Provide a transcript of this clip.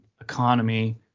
economy